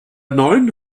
neuen